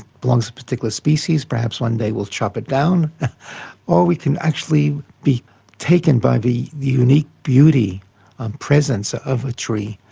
belongs to a particular species, perhaps one day we'll chop it down' or we can actually be taken by the unique beauty and presence of a tree,